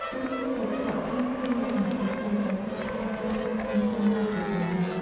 រសជាតិសាច់ក្រកខ្មែរមានលក្ខណៈពិសេស ដោយសារការប្រើប្រាស់គ្រឿងផ្សំបែបប្រពៃណី។